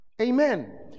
Amen